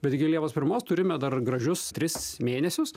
bet iki liepos pirmos turime dar gražius tris mėnesius